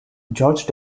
george